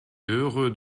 heureux